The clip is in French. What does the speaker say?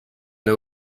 n’a